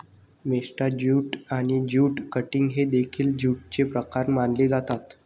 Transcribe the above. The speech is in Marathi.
मेस्टा ज्यूट आणि ज्यूट कटिंग हे देखील ज्यूटचे प्रकार मानले जातात